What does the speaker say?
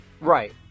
Right